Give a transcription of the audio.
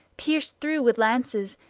pierced through with lances,